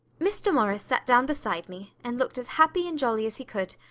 mr. morris sat down beside me and looked as happy and jolly as he could,